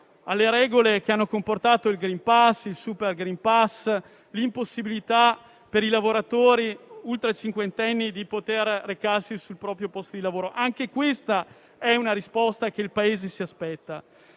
alle regole che hanno comportato il *green pass*, il *super green pass* e l'impossibilità, per i lavoratori ultracinquantenni, di potersi recare sul proprio posto di lavoro. Anche questa è una risposta che il Paese si aspetta.